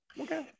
Okay